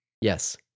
Yes